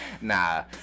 Nah